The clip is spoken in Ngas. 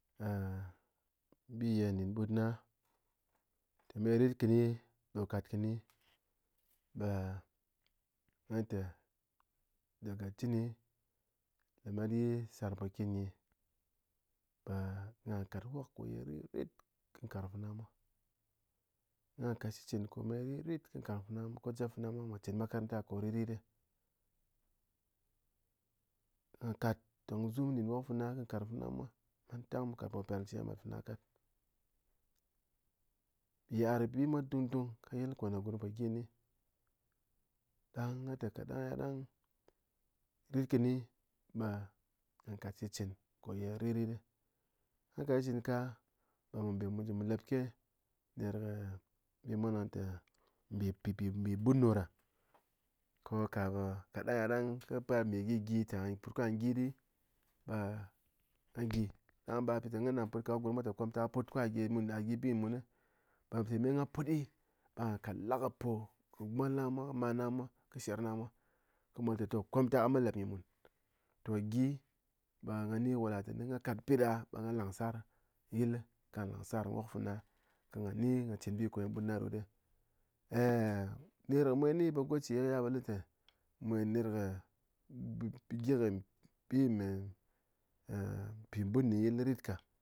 bi ye ndɨn ɓut na, meye ritkɨni do kat kɨni ɓe ghan té daga chɨni lemet yi sar pokin nyi ɓe gha kat wok koye ritrit kɨ nkarng féna mwa gha kat shitchɨn koye ritrit ko nkarng féna mwa ko jep féna mwa mwá chin makaranta ko ritrit, ghá tong zum nɗɨn wok féna kɨ karng féna mwa mantang mu kat che kɨ mát féna kat, yit'ar bi mwa dungdung ka yil ko ne gurm po gyi nyi ɗang gha té kadang yaɗang ritkɨni be gha kat shitchɨn ko ye ritrit, gha kat shitchɨn ka ɓe mu be mu ji mu lep ke, ner kɨ bi mwa nang té mbi pipi bun ɗoɗa, ko ka ɓe kadamg yaɗang kɨ bar mbi gyigyi té gha put ko gha gyi di ɓe a gyi ɗang ba ko té ghan ɗo gha put ka gurm mwa ɗo mwa ta komtak gha put ko gha gyi bi mun ɓe mpi me gha puɗi, ɓe gha ka lakɨ po kɨ mwal na mwa kɨ mal na mwa kɨ sher na mwa kɨ mwa té toh komtak a mat lap nyi mun, toh gyi ɓe gha ni ko latɨné gha kat pida be gha langsar yil ka lang sar wok féna ko gha ni gha chin bi koye ɓút na rot ner mwen ɓe goce yaɓe le té, mwen ner kɨ gyi kɨ bi mé pi ɓun yil rit ka.